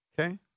Okay